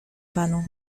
panu